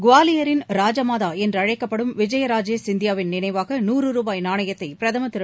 குவாலியரின் ராஜமாதா என்றழைக்கப்படும் விஜய ராஜே சிந்தியாவின் நினைவாக நூறு ரூபாய் நாணயத்தை பிரதமர் திரு